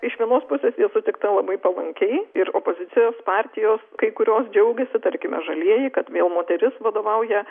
iš vienos pusės ji sutikta labai palankiai ir opozicijos partijos kai kurios džiaugiasi tarkime žalieji kad vėl moteris vadovauja